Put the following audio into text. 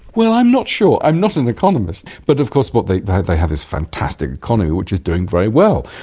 well, i'm not sure, i'm not an economist, but of course but they they have this fantastic economy which is doing very well.